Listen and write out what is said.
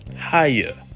higher